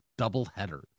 doubleheader